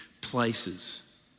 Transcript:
places